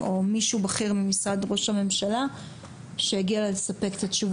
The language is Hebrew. מישהו בכיר ממשרד ראש הממשלה שיבואו לתת כאן תשובות.